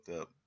up